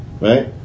Right